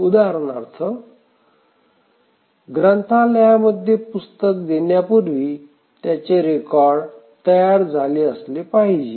उदाहरणार्थ ग्रंथालयांमध्ये पुस्तक देण्यापूर्वी त्याचे रेकॉर्ड तयार झाले असले पाहिजे